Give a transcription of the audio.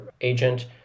agent